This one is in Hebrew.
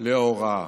להוראה